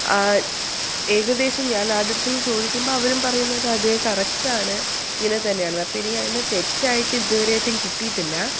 ഏകദേശം ഞാൻ ആരുടെ അടുത്തെങ്കിലും ചോദിക്കുമ്പോൾ അവരും പറയുന്നത് അതെ കറക്റ്റ് ആണ് ഇങ്ങനെ തന്നെയാണെന്ന് അപ്പോൾ എനിക്ക് അങ്ങനെ തെറ്റായിട്ട് ഇതുവരെയായിട്ടും കിട്ടിയിട്ടില്ല